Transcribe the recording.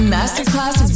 Masterclass